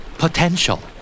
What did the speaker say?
potential